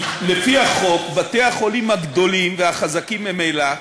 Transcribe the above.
לפי החוק, בתי-החולים הגדולים והחזקים ממילא,